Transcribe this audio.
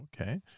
Okay